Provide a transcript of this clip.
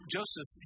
Joseph